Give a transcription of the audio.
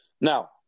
Now